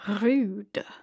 Rude